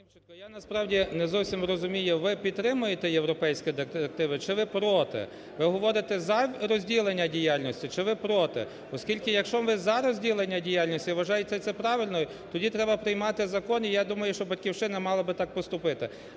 я насправді не зовсім розумію: ви підтримуєте європейські директиви чи ви проти? Ви говорите за розділення діяльності чи ви проти? Оскільки якщо ви за розділення діяльності і вважаєте це правильно, тоді треба приймати закон, і я думаю, що "Батьківщина" мала би так поступити.